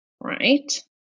right